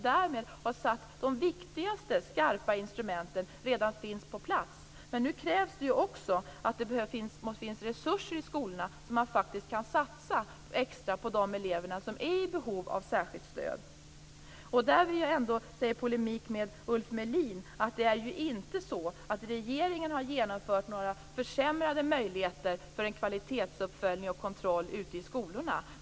Därmed finns de viktigaste skarpa instrumenten på plats. Men det måste också finnas resurser i skolorna, så att man faktiskt kan satsa extra på de elever som är i behov av särskilt stöd. Jag vill i polemik med Ulf Melin säga att regeringen inte har försämrat möjligheterna för kvalitetsuppföljning och kontroll ute i skolorna.